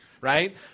right